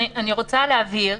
אני רוצה להבהיר,